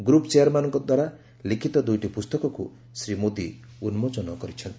group ଚେୟାରମ୍ୟାନ୍ଙ୍କ ଦ୍ୱାରା ଲିଖିତ ଦୁଇଟି ପୁସ୍ତକକୁ ଶ୍ରୀ ମୋଦି ଉନ୍କୋଚନ କରିଛନ୍ତି